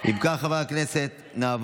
חבר הכנסת משה טור פז,